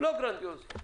לא גרנדיוזי,